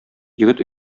егет